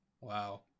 Wow